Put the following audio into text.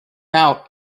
out